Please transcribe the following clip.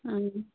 ꯎꯝ